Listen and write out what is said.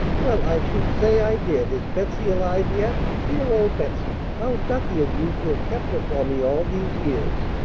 well, i should say i did! is betsey alive yet? dear old betsey! how ducky of you to have kept her for me all these years!